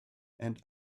and